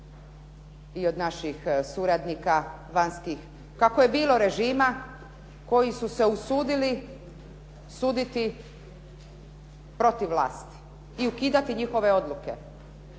i od naših suradnika, vanjskih, kako je bilo režima koji su se usudili suditi protiv vlasti i ukidati njihove odluke.